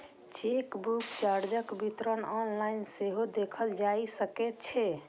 chequebook चार्जक विवरण online सेहो देखल जा सकै छै